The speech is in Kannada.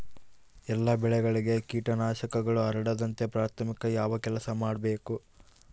ಎಲ್ಲ ಬೆಳೆಗಳಿಗೆ ಕೇಟನಾಶಕಗಳು ಹರಡದಂತೆ ಪ್ರಾಥಮಿಕ ಯಾವ ಕೆಲಸ ಮಾಡಬೇಕು?